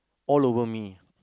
all over me